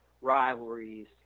rivalries